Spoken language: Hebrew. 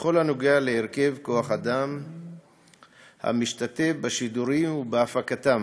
בכל הקשור להרכב כוח האדם המשתתף בשידורים ובהפקתם,